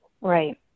right